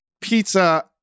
pizza